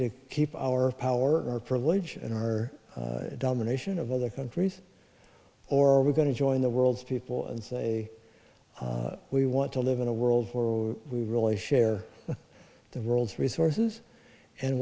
to keep our power or privilege or domination of other countries or we're going to join the world's people and say we want to live in a world where we really share the world's resources and